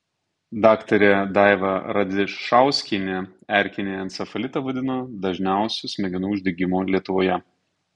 daktarė daiva radzišauskienė erkinį encefalitą vadino dažniausiu smegenų uždegimu lietuvoje